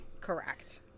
Correct